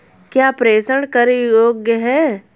क्या प्रेषण कर योग्य हैं?